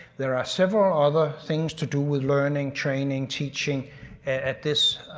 there are several other things to do with learning, training, teaching at this.